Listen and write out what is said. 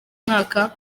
mwaka